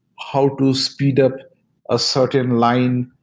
how to speed up a certain line,